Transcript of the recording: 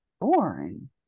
boring